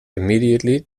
immediately